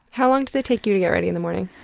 how long does it take you to get ready in the morning?